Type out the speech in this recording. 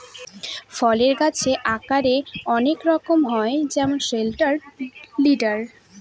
ফলের গাছের আকারের অনেক রকম হয় যেমন সেন্ট্রাল লিডার